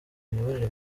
imiyoborere